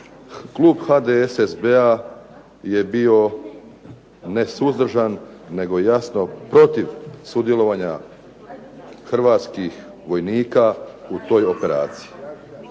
klub HDSSB-a je bio nesuzdržan nego jasno protiv sudjelovanja hrvatskih vojnika u toj operaciji.